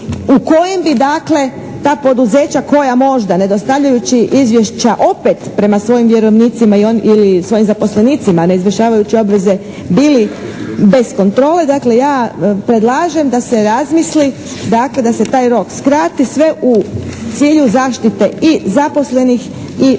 u kojem bi ta poduzeća koja možda ne dostavljajući izvješća opet prema svojim vjerovnicima ili svojim zaposlenicima ne izvršavajući obveze bili bez kontrole, ja predlažem da se razmisli da se taj rok skrati sve u cilju zaštite i zaposlenih i